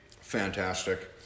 fantastic